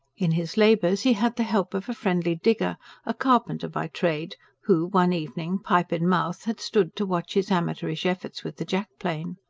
in his labours he had the help of a friendly digger a carpenter by trade who one evening, pipe in mouth, had stood to watch his amateurish efforts with the jack-plane.